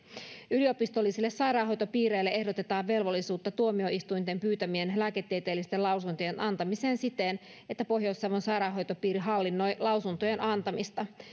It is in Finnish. yliopistollisille sairaanhoitopiireille ehdotetaan velvollisuutta tuomioistuinten pyytämien lääketieteellisten lausuntojen antamiseen siten että pohjois savon sairaanhoitopiiri hallinnoi lausuntojen antamista